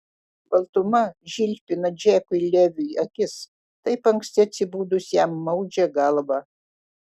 baltuma žilpina džekui leviui akis taip anksti atsibudus jam maudžia galvą